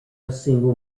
single